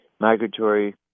migratory